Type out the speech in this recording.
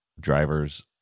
drivers